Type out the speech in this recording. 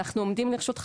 אנחנו עומדים לרשותך,